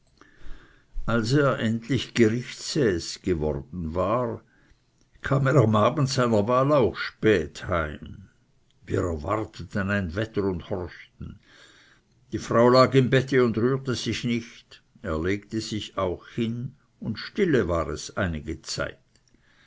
als er endlich gerichtsäß worden war kam er am abend seiner wahl spät heim wir erwarteten ein wetter und horchten die frau lag im bette und rührte sich nicht er legte sich auch hin und stille war es einige zeit